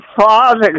father